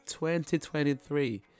2023